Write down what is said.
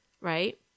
right